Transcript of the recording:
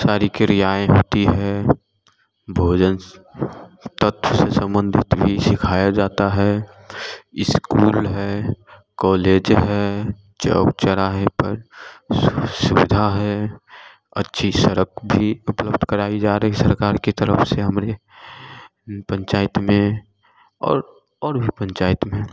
सारी क्रियाएँ होती है भोजन तत्व से संबंधित भी सिखाया जाता है स्कूल है कॉलेज है चौक चौराहे पर सुख सुविधा है अच्छी सड़क भी उपलब्ध करवाई जा रही है सरकार की तरफ से हमरे पंचायत में और और भी पंचायत में